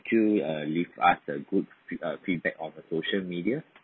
could you uh leave us a good uh feedback on a social media